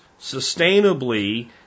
sustainably